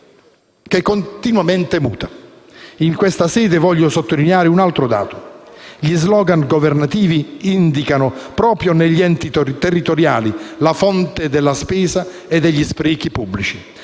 continuamente muta. In questa sede voglio sottolineare un altro dato. Gli *slogan* governativi indicano proprio negli enti territoriali la fonte della spesa e degli sprechi pubblici.